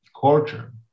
culture